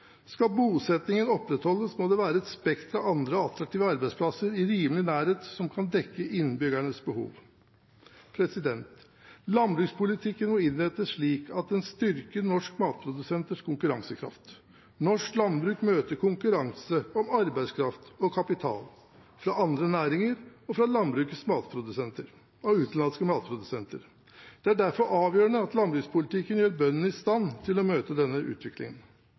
Skal bosettingen opprettholdes, må det være et spekter av andre attraktive arbeidsplasser i rimelig nærhet som kan dekke innbyggernes behov. Landbrukspolitikken må innrettes slik at den styrker norske matprodusenters konkurransekraft. Norsk landbruk møter konkurranse om arbeidskraft og kapital – fra andre næringer og fra utenlandske matprodusenter. Det er derfor avgjørende at landbrukspolitikken gjør bøndene i stand til å møte denne utviklingen.